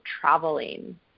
traveling